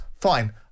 fine